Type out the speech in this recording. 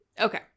Okay